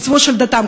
המצוות של דתם,